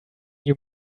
you